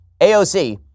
AOC